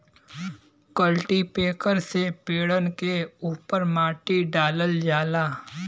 cultipacker से पेड़न के उपर माटी डालल जाला